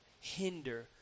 hinder